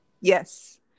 Yes